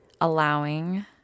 Allowing